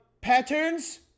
patterns